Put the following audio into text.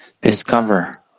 discover